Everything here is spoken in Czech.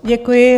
Děkuji.